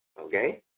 Okay